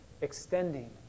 extending